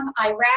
Iraq